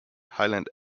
highlands